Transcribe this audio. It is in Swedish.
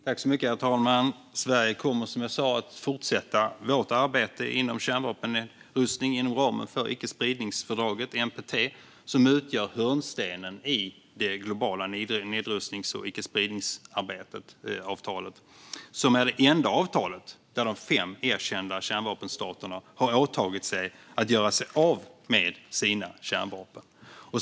Herr talman! Sverige kommer som jag sa att fortsätta sitt arbete inom kärnvapennedrustningen inom ramen för icke-spridningsfördraget, NPT, som utgör hörnstenen i det globala nedrustnings och icke-spridningsarbetet. Det är det enda avtal där de fem erkända kärnvapenstaterna har åtagit sig att göra sig av med sina kärnvapen.